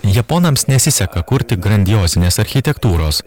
japonams nesiseka kurti grandiozinės architektūros